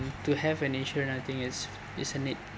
to have an insurance I think it's is a need